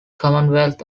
commonwealth